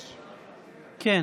תודה,